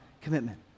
commitment